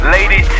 Lady